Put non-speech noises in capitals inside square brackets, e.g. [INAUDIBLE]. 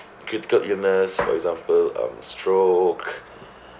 critical illness for example um stroke [BREATH]